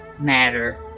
matter